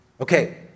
Okay